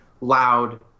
loud